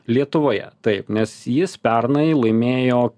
lietuvoje taip nes jis pernai laimėjo